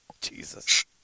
Jesus